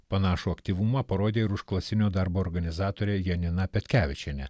panašų aktyvumą parodė ir užklasinio darbo organizatorė janina petkevičienė